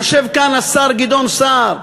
יושב כאן השר גדעון סער,